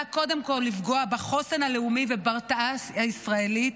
קודם כל לפגוע בחוסן הלאומי ובהרתעה הישראלית,